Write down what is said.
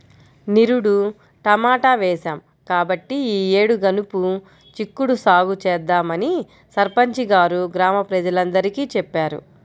నిరుడు టమాటా వేశాం కాబట్టి ఈ యేడు గనుపు చిక్కుడు సాగు చేద్దామని సర్పంచి గారు గ్రామ ప్రజలందరికీ చెప్పారు